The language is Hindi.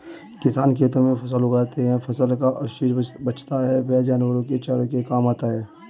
किसान खेतों में फसल उगाते है, फसल का अवशेष बचता है वह जानवरों के चारे के काम आता है